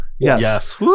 Yes